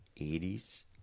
80s